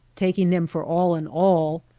taking them for all in all,